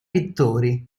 pittori